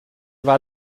war